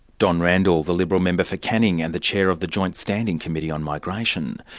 don randall, the liberal member for canning, and the chair of the joint standing committee on migration.